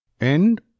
End